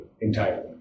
entirely